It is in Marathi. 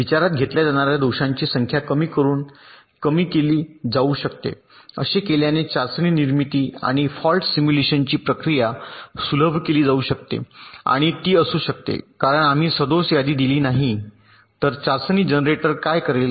विचारात घेतल्या जाणार्या दोषांची संख्या कमी करून कमी केली जाऊ शकते असे केल्याने चाचणी निर्मिती आणि फॉल्ट सिम्युलेशनची प्रक्रिया सुलभ केली जाऊ शकते आणि ती असू शकते कारण आम्ही सदोष यादी दिली नाही तर चाचणी जनरेटर काय करेल